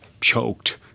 choked